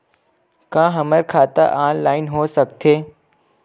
का हमर खाता ऑनलाइन हो सकथे?